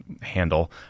handle